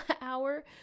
hour